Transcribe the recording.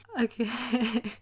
okay